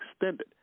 extended